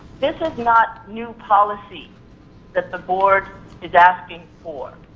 this is not new policy that the board is asking for.